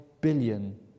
billion